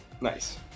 Nice